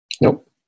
Nope